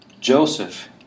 Joseph